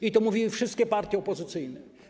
I to mówiły wszystkie partie opozycyjne.